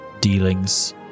dealings